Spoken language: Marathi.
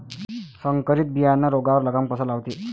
संकरीत बियानं रोगावर लगाम कसा लावते?